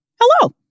hello